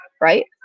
right